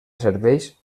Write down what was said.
serveix